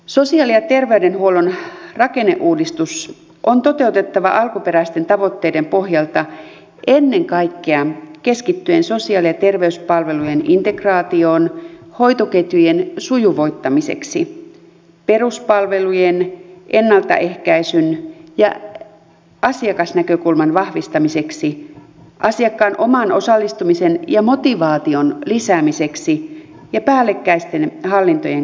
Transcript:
sosiaali ja terveydenhuollon rakenneuudistus on toteutettava alkuperäisten tavoitteiden pohjalta ennen kaikkea keskittyen sosiaali ja terveyspalvelujen integraatioon hoitoketjujen sujuvoittamiseksi peruspalvelujen ennaltaehkäisyn ja asiakasnäkökulman vahvistamiseksi asiakkaan oman osallistumisen ja motivaation lisäämiseksi ja päällekkäisten hallintojen karsimiseksi